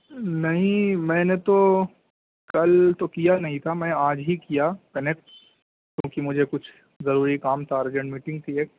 نہیں میں نے تو کل تو کیا نہیں تھا میں آج ہی کیا کنیکٹ کیوںکہ مجھے کچھ ضرورتی کام تھا ارجینٹ میٹنگ تھی ایک